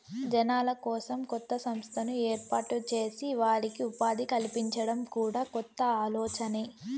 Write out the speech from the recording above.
జనాల కోసం కొత్త సంస్థను ఏర్పాటు చేసి వారికి ఉపాధి కల్పించడం కూడా కొత్త ఆలోచనే